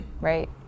right